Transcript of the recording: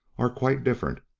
are quite different,